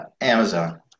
Amazon